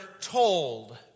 told